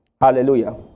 Hallelujah